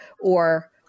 or-